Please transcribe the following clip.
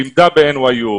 לימדה ב-NYU,